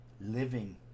living